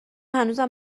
هنوزم